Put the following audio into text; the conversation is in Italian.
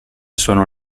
sono